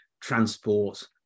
transport